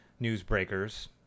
newsbreakers